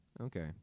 Okay